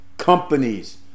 Companies